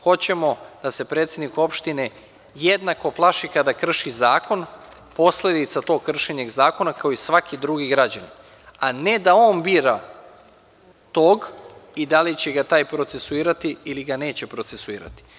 Hoćemo da se predsednik opštine jednako plaši kada krši zakon i posledica tog kršenja zakona kao i svaki drugi građanin, a ne da on bira tog i da li će ga taj procesuirati ili ga neće procesuirati.